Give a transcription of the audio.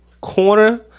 corner